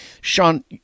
Sean